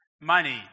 money